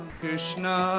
Krishna